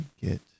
get